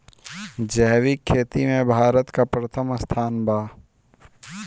जैविक खेती में भारत का प्रथम स्थान बा